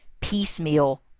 piecemeal